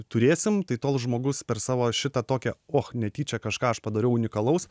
turėsim tai tol žmogus per savo šitą tokią o netyčia kažką aš padariau unikalaus